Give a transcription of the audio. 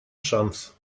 шанс